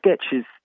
sketches